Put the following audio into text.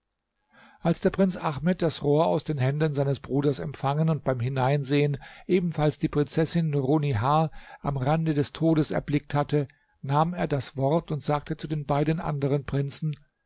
als der prinz ahmed das rohr aus den händen seines bruders ali empfangen und beim hineinsehen ebenfalls die prinzessin nurunnihar am rande des todes erblickt hatte nahm er das wort und sagte zu den beiden anderen prinzen